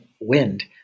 wind